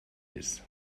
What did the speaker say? ist